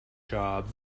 job